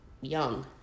young